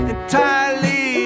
Entirely